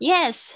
Yes